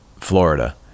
Florida